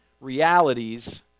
realities